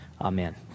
Amen